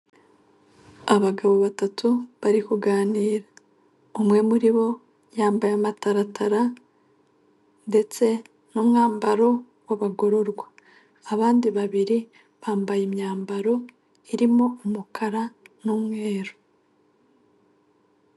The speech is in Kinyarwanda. Abagabo batatu bari kuganira, umwe muri bo yambaye amataratara ndetse n'umwambaro w'abagororwa, abandi babiri bambaye imyambaro irimo umukara n'umweru.